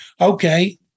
okay